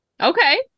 Okay